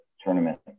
tournament